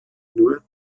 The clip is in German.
nur